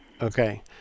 Okay